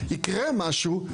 יקרה משהו,